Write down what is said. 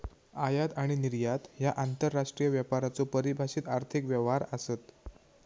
आयात आणि निर्यात ह्या आंतरराष्ट्रीय व्यापाराचो परिभाषित आर्थिक व्यवहार आसत